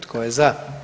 Tko je za?